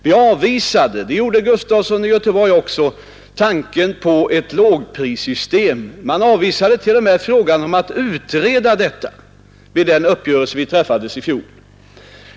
Vi avvisade — och det gjorde herr Gustafson i Göteborg också — tanken på ett lågprissystem; riksdagen avvisade t.o.m., vid den uppgörelse som vi träffade i fjol, förslaget om att utreda den frågan.